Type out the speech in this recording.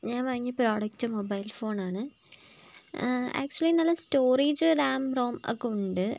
ഞാൻ വാങ്ങിയ product mobile phone ആണ് ആക്ച്വലി നല്ല സ്റ്റോറേജ് റാം റോം ഒക്കെ ഉണ്ട്